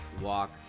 walk